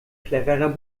cleverer